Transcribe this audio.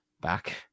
back